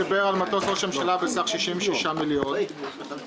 מטוס ראש הממשלה על סך 66 מיליון שהוצא,